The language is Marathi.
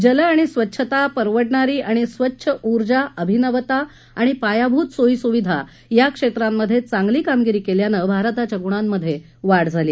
जल आणि स्वच्छता परवडणारी आणि स्वच्छ उर्जा अभिनवता आणि पायाभूत सोयी सुविधा या क्षेत्रांमध्ये चांगली कामगिरी केल्यानं भारताच्या गुणांमध्ये वाढ झाली